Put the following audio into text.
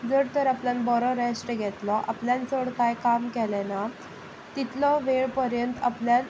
जर तर आपल्यान बरो रेस्ट घेतलो आपल्यान चड कांय काम केलें ना तितलो वेळ पर्यंत आपल्यान